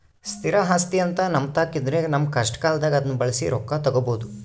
ಸ್ಥಿರ ಆಸ್ತಿಅಂತ ನಮ್ಮತಾಕ ಇದ್ರ ನಮ್ಮ ಕಷ್ಟಕಾಲದಾಗ ಅದ್ನ ಬಳಸಿ ರೊಕ್ಕ ತಗಬೋದು